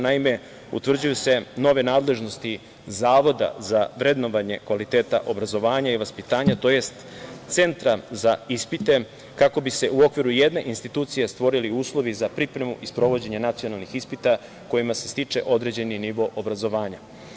Naime, utvrđuju se nove nadležnosti Zavoda za vrednovanje kvaliteta obrazovanja i vaspitanja to jest centra za ispite kako bi se u okviru jedne institucije stvorili uslovi za pripremu i sprovođenje nacionalnih ispita kojima se stiče određeni nivo obrazovanja.